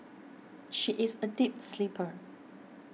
she is a deep sleeper